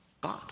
God